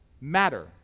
matter